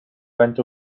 went